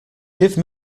give